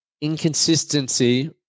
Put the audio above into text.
Inconsistency